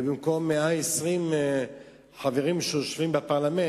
ובמקום 120 חברים שיושבים בפרלמנט,